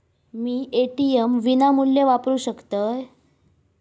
मी ATM विनामूल्य वापरू शकतय?